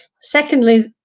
Secondly